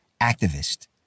activist